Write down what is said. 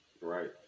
right